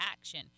action